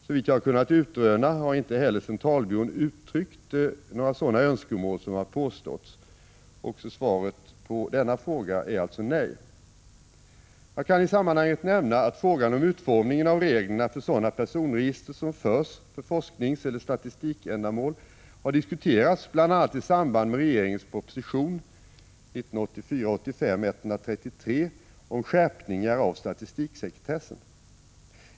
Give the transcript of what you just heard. Såvitt jag har kunnat utröna har inte heller centralbyrån uttryckt några sådana önskemål som har påståtts. Också svaret på denna fråga är alltså nej. Jag kan i sammanhanget nämna att frågan om utformningen av reglerna för sådana personregister som förs för forskningseller statistikändamål har diskuterats bl.a. i samband med regeringens proposition 1984/85:133 om skärpningar av statistiksekretessen.